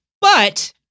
But-